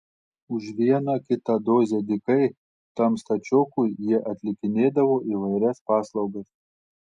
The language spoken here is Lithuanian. už vieną kitą dozę dykai tam stačiokui jie atlikinėdavo įvairias paslaugas